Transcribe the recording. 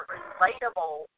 relatable